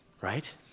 right